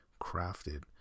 crafted